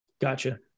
Gotcha